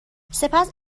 سپس